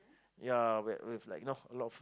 ya with with like you know a lot of